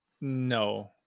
No